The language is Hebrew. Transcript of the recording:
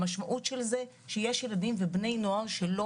המשמעות של זה היא שיש ילדים ובני נוער שלא